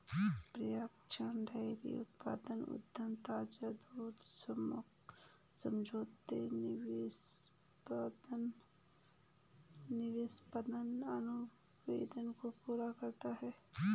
पर्यवेक्षण डेयरी उत्पाद उद्यम ताजा दूध समझौते निष्पादन अनुबंध को पूरा करता है